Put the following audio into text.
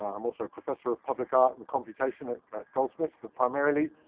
i'm also professor of public art and computation at at goldsmiths but primarily,